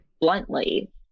bluntly